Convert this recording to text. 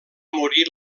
morir